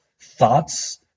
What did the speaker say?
thoughts